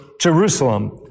Jerusalem